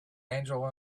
angel